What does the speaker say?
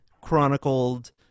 chronicled